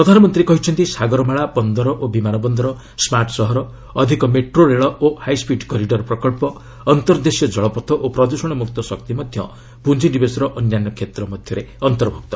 ପ୍ରଧାନମନ୍ତ୍ରୀ କହିଛନ୍ତି ସାଗରମାଳା ବନ୍ଦର ଓ ବିମାନ ବନ୍ଦର ସ୍କାର୍ଟ ସହର ଅଧିକ ମେଟ୍ରୋ ରେଳ ଓ ହାଇସ୍କିଡ୍ କରିଡର୍ ପ୍ରକନ୍ଧ ଅନ୍ତର୍ଦେଶୀୟ ଜଳପଥ ଓ ପ୍ରଦୂଷଣମୁକ୍ତ ଶକ୍ତି ମଧ୍ୟ ପୁଞ୍ଜିନିବେଶର ଅନ୍ୟାନ୍ୟ କ୍ଷେତ୍ର ମଧ୍ୟରେ ଅନ୍ତର୍ଭୁକ୍ତ